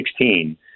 2016